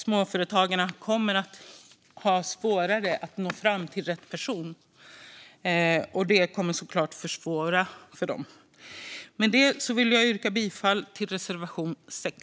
Småföretagarna kommer att ha svårare att nå fram till rätt person, och det kommer såklart att försvåra för dem. Jag vill yrka bifall till reservation 6.